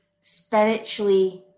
spiritually